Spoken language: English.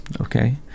okay